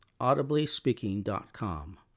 AudiblySpeaking.com